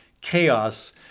chaos